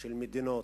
של מדינות,